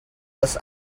was